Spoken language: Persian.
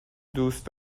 دوست